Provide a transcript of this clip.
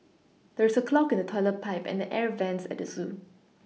there is a clog in the toilet pipe and the air vents at the zoo